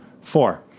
Four